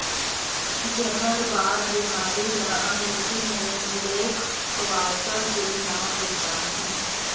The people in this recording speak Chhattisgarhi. जहरबाद बेमारी ल अंगरेजी में ब्लैक क्वार्टर के नांव ले जानथे